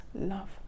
love